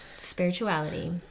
spirituality